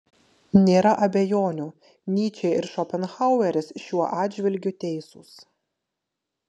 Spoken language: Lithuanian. nėra abejonių nyčė ir šopenhaueris šiuo atžvilgiu teisūs